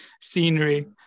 scenery